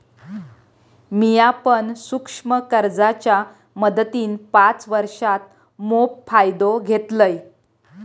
मिया पण सूक्ष्म कर्जाच्या मदतीन पाच वर्षांत मोप फायदो घेतलंय